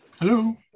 Hello